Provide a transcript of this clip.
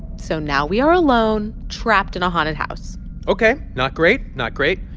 so now we are alone, trapped in a haunted house ok. not great, not great,